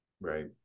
Right